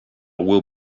will